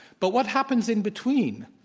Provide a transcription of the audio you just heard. but what happens in between?